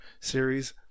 series